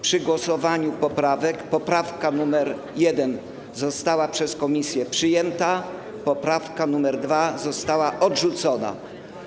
Przy głosowaniu nad poprawkami poprawka nr 1 została przez komisję przyjęta, a poprawka nr 2 została odrzucona.